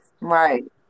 right